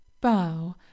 bow